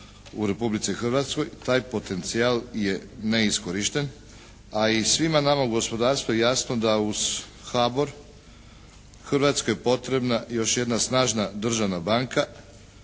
u Republici Hrvatskoj taj potencijal je neiskorišten, a i svima nama u gospodarstvu je jasno da uz HBOR Hrvatskoj je potrebna još jedna snažna državna banka.